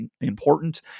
important